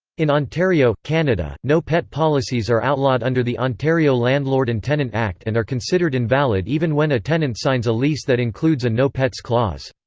in ontario, canada, no pet policies are outlawed under the ontario landlord and tenant act and are considered invalid even when a tenant signs a lease that includes a no pets clause.